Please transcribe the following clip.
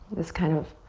this kind of